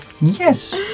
Yes